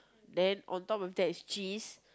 then on top of that is cheese